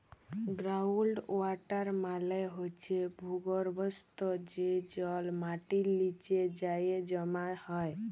ground water মালে হছে ভূগর্ভস্থ যে জল মাটির লিচে যাঁয়ে জমা হয়